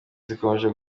zikomeje